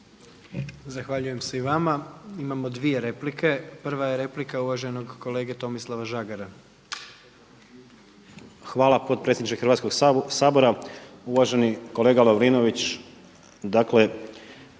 Zahvaljujem se i vama. Imamo dvije replike. Prva je replika uvaženog kolege Tomislava Žagara. **Žagar, Tomislav (Nezavisni)** Hvala potpredsjedniče Hrvatskog sabora. Uvaženi kolega Lovrinović, dakle